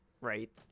right